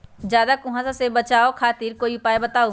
ज्यादा कुहासा से बचाव खातिर कोई उपाय बताऊ?